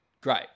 Great